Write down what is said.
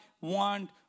want